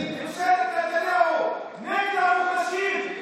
ממשלת נתניהו נגד